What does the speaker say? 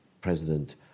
President